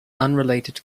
unrelated